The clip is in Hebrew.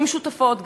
עם שותפות,